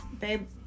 Babe